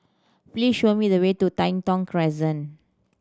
please show me the way to Tai Thong Crescent